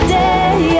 day